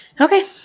Okay